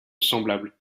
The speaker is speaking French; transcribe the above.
semblable